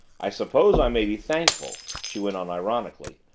i suppose i may be thankful, she went on ironically,